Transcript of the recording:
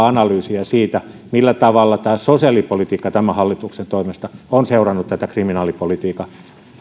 analyysiä siitä millä tavalla sosiaalipolitiikka tämän hallituksen toimesta on seurannut tätä kriminaalipolitiikan